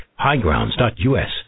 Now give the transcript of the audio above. Highgrounds.us